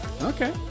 Okay